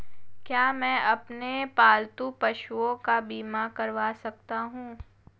क्या मैं अपने पालतू पशुओं का बीमा करवा सकता हूं?